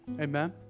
Amen